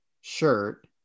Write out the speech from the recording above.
shirt